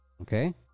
Okay